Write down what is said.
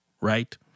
right